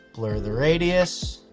blur the radius,